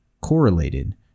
correlated